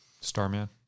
Starman